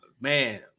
man